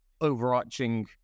overarching